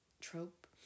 trope